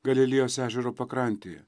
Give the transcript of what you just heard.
galilėjos ežero pakrantėje